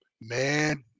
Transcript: Man